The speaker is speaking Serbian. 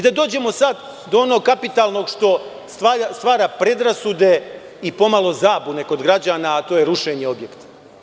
Da dođemo sad do onog kapitalnog što stvara predrasude i zabune kod građana, a to je rušenje objekata.